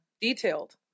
Detailed